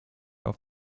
auf